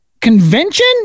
convention